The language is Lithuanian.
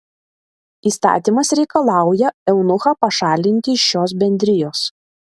įstatymas reikalauja eunuchą pašalinti iš šios bendrijos